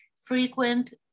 frequent